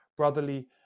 brotherly